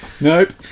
Nope